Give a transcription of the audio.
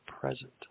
present